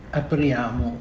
apriamo